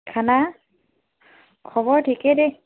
খানা খবৰ ঠিকে দেই